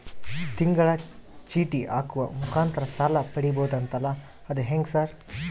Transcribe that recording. ತಿಂಗಳ ಚೇಟಿ ಹಾಕುವ ಮುಖಾಂತರ ಸಾಲ ಪಡಿಬಹುದಂತಲ ಅದು ಹೆಂಗ ಸರ್?